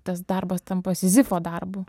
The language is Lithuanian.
tas darbas tampa sizifo darbu